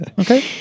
Okay